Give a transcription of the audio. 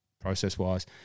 process-wise